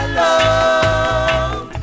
love